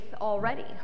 already